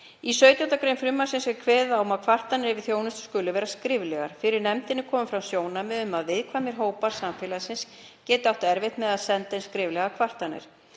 Í 17. gr. frumvarpsins er kveðið á um að kvartanir yfir þjónustu skuli vera skriflegar. Fyrir nefndinni komu fram sjónarmið um að viðkvæmir hópar samfélagsins geti átt erfitt með að senda inn skriflegar kvartanir.